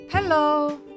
Hello